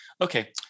okay